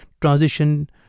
transition